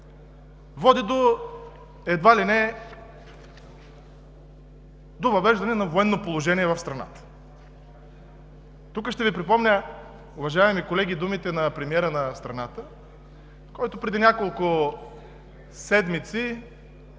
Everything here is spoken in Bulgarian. води едва ли не до въвеждане на военно положение в страната. Тук ще Ви припомня, уважаеми колеги, думите на премиера на страната, който преди няколко седмици